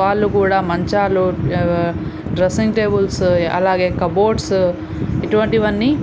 వాళ్ళు కూడా మంచాలు డ్రెసింగ్ టేబుల్సు అలాగే కబోర్డ్స్ ఇటువంటివన్నీ